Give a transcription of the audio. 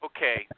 Okay